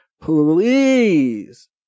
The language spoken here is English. please